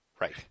Right